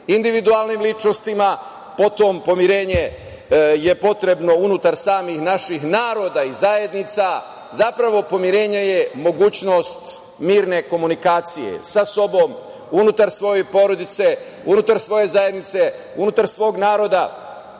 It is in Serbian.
individualnim ličnostima, potom pomirenje je potrebno unutar samih naših naroda i zajednica. Zapravo, pomirenje je mogućnost mirne komunikacije sa sobom, unutar svoje porodice, unutar svoje zajednice, unutar svog naroda,